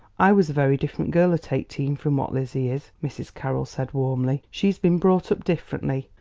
i was a very different girl at eighteen from what lizzie is, mrs. carroll said warmly. she's been brought up differently.